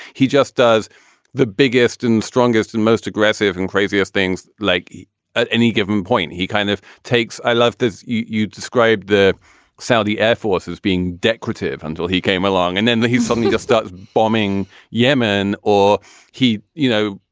he just does the biggest and strongest and most aggressive and craziest things like at any given point. he kind of takes i love this. you describe the saudi air force as being decorative until he came along and then he's suddenly just started bombing yemen or he, you know,